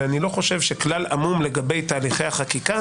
ואני לא חושב שכלל עמום לגבי תהליכי החקיקה,